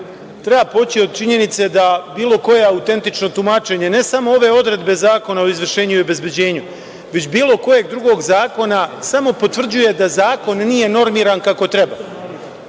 treba poći od činjenice da bilo koje autentično tumačenje ne samo ove odredbe Zakona o izvršenju i obezbeđenju, već bilo kojeg drugog zakona samo potvrđuje da zakon nije normiran kako treba.